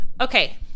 Okay